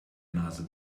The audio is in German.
nase